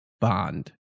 bond